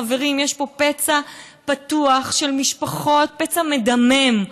חברים, יש פה פצע פתוח של משפחות, פצע מדמם.